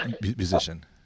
musician